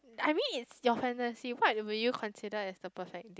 I mean it's your fantasy what will you consider as the perfect date